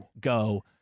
go